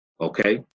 okay